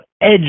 edge